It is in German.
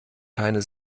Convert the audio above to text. keine